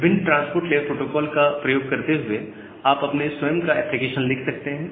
विभिन्न transport layer protocol का प्रयोग करते हुए आप अपने स्वयं का एप्लीकेशन लिख सकते हैं